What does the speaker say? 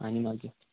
आनी मागीर